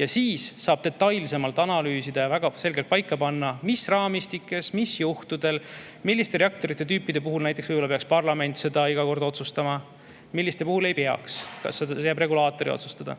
ja siis saab detailsemalt analüüsida ja väga selgelt paika panna, mis raamistikes, mis juhtudel, milliste reaktoritüüpide puhul näiteks võib-olla peaks parlament seda iga kord otsustama, milliste puhul ei peaks, kas see jääb regulaatori otsustada.